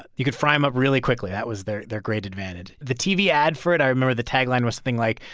you could fry them up really quickly. that was their their great advantage. the tv ad for it i remember the tagline was something like,